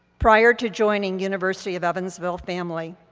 prior to joining university of evansville family,